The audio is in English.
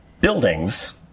buildings